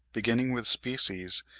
beginning with species,